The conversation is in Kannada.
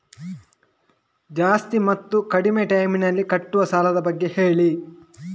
ಜಾಸ್ತಿ ಮತ್ತು ಕಡಿಮೆ ಟೈಮ್ ನಲ್ಲಿ ಕಟ್ಟುವ ಸಾಲದ ಬಗ್ಗೆ ಹೇಳಿ